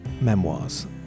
memoirs